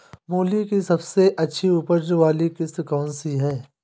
मूली की सबसे अच्छी उपज वाली किश्त कौन सी है?